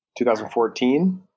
2014